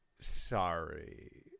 Sorry